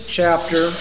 chapter